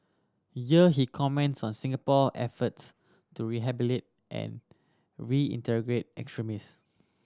he comments on Singapore efforts to rehabilitate and we reintegrate extremist